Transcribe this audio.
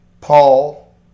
paul